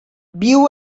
viu